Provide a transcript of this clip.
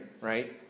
right